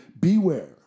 beware